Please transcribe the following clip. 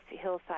hillside